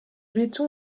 béton